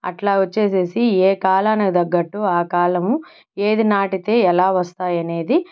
అట్లా వచ్చేసి ఏ కాలం తగ్గట్టు ఆ కాలము ఏది నాటితే ఎలా వస్తాయనేది